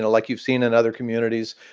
like you've seen in other communities.